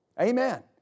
Amen